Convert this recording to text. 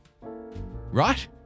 right